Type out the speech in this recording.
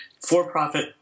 for-profit